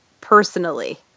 personally